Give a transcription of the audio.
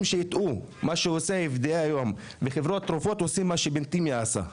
מה שעושה --- לחברות התרופות היום זה מה שאבן תימיה עשה,